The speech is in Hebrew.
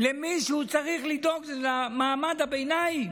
מישהו צריך לדאוג למעמד הביניים,